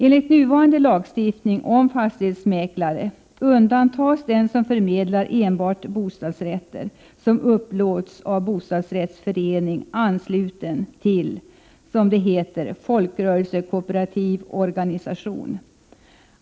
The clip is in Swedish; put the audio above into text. Enligt nuvarande lagstiftning om fastighetsmäklare undantas den som förmedlar enbart bostadsrätter som upplåts av bostadsrättsförening ansluten till, som det heter, folkrörelsekooperativ organisation.